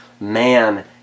Man